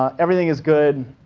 ah everything is good.